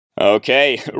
Okay